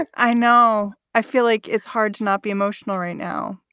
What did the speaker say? and i know. i feel like it's hard to not be emotional right now,